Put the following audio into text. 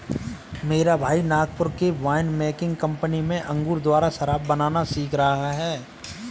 मेरा भाई नागपुर के वाइन मेकिंग कंपनी में अंगूर द्वारा शराब बनाना सीख रहा है